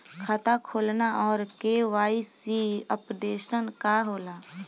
खाता खोलना और के.वाइ.सी अपडेशन का होला?